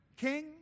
king